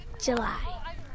July